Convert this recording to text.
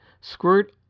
squirt